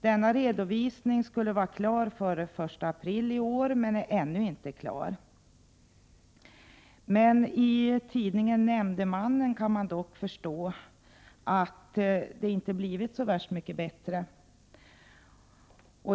Denna redovisning skulle vara klar före den 1 april i år men är ännu inte klar. Av tidningen Nämndemannen kan man dock förstå att det inte har blivit så värst mycket bättre.